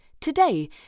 today